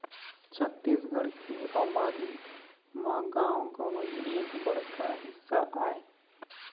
छत्तीसगढ़ के अबादी म गाँव गंवई एक बड़का हिस्सा आय